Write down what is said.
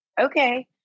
okay